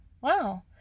wow